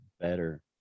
better